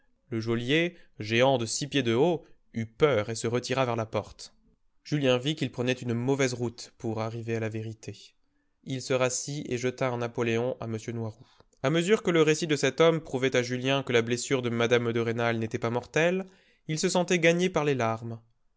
le geôlier géant de six pieds de haut eut peur et se retira vers la porte julien vit qu'il prenait une mauvaise route pour arriver à la vérité il se rassit et jeta un napoléon à m noiroud a mesure que le récit de cet homme prouvait à julien que la blessure de mme de rênal n'était pas mortelle il se sentait gagné par les larmes